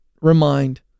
remind